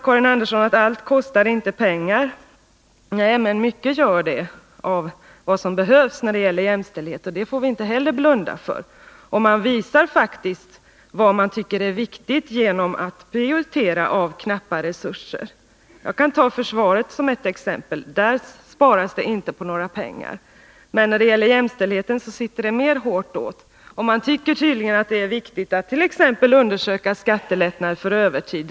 Karin Andersson sade att allt inte kostar pengar. Nej, men mycket av vad som behövs när det gäller jämställdhet gör det, och det får vi inte heller blunda för. Man visar faktiskt vad man tycker är viktigt genom att prioritera av knappa resurser. Jag kan ta försvaret som ett exempel. Där sparas det inte på några pengar. Men när det gäller jämställdheten sitter det hårt åt. Vidare tycker man tydligen att det är viktigt att undersöka skattelättnader för övertid.